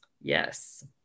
Yes